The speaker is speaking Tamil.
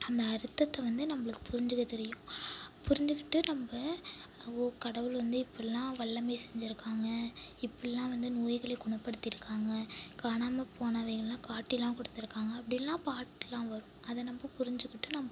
அந்த அர்த்தத்தை வந்து நம்மளுக்கு புரிஞ்சிக்க தெரியும் புரிஞ்சுகிட்டு நம்ம ஓ கடவுள் வந்து இப்புடில்லாம் வல்லமை செஞ்சிருக்காங்க இப்படிலாம் வந்து நோய்களை குணப்படுத்தியிருக்காங்க காணாமல் போனவைகளெல்லாம் காட்டிலாம் கொடுத்துருக்காங்க அப்படிலாம் பாட்டெல்லாம் வரும் அதை நம்ம புரிஞ்சுகிட்டு நம்ம வந்து